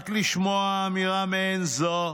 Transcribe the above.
רק לשמוע אמירה מעין זו